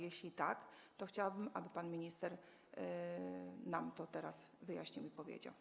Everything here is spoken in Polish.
Jeśli tak, to chciałabym, aby pan minister nam to teraz wyjaśnił i powiedział.